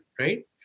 right